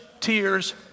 tears